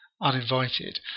uninvited